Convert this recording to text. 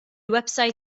website